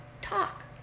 talk